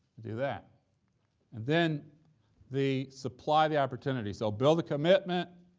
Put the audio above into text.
do that, and then the supply the opportunity. so build the commitment,